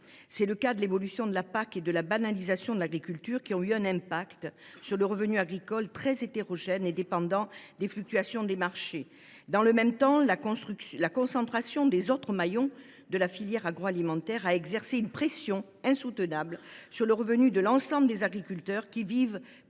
politique agricole commune (PAC) et de la banalisation de l’agriculture, qui ont eu un impact sur le revenu agricole, devenu très hétérogène et dépendant des fluctuations des marchés. Dans le même temps, la concentration des autres maillons de la filière agroalimentaire a exercé une pression insoutenable sur le revenu de l’ensemble des agriculteurs, qui bientôt